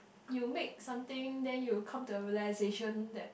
you make something then you come to a realisation that